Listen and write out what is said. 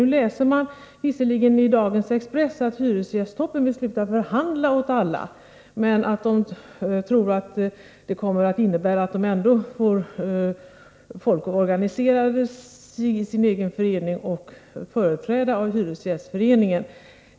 Nu läser man visserligen i dagens Expressen att hyresgästtoppen vill sluta förhandla åt alla, men man tror att det kommer att innebära att fler människor organiserar sig i hyresgästföreningarna.